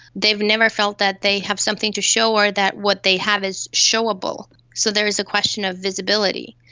they've never felt that they have something to show or that what they have is showable. so there's a question of visibility.